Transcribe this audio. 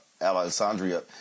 Alexandria